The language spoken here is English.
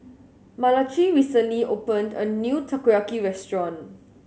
Malachi recently opened a new Takoyaki restaurant